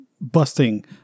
busting